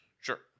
Sure